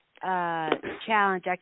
challenge